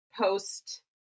post